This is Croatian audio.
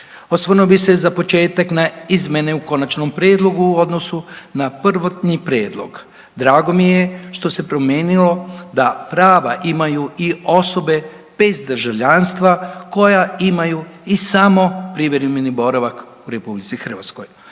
Osvrnuo bih se i za početak na izmjene u konačnom prijedlogu u odnosu na prvotni prijedlog. Drago mi je što se promijenilo da prava imaju i osobe bez državljanstva koja imaju i samo privremeni boravak u RH. Usklađivanje